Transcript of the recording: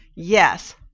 yes